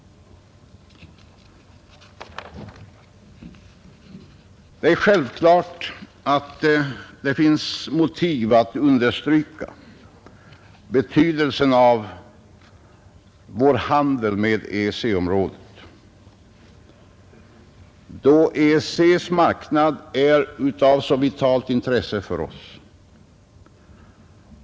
Det är självklart att det finns motiv att understryka betydelsen av vår handel med EEC-området, då EEC:s marknad är av så vitalt intresse för oss.